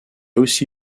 aussi